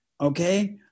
okay